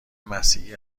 مسیحی